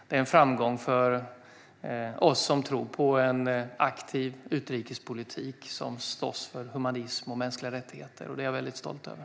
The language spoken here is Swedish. Det är en framgång för oss som tror på en aktiv utrikespolitik och slåss för humanism och mänskliga rättigheter, och det är jag väldigt stolt över.